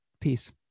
Peace